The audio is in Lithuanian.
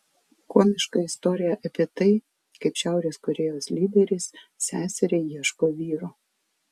komiška istorija apie tai kaip šiaurės korėjos lyderis seseriai ieško vyro